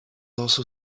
also